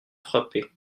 frappé